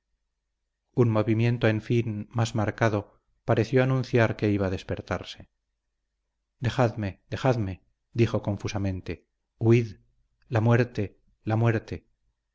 un movimiento en fin más marcado pareció anunciar que iba a despertarse dejadme dejadme dijo confusamente huid la muerte la muerte